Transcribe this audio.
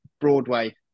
broadway